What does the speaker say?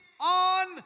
on